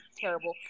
terrible